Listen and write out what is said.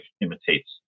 imitates